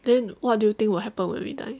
then what do you think will happen when we die